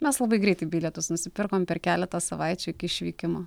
mes labai greitai bilietus nusipirkom per keletą savaičių iki išvykimo